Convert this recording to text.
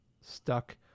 stuck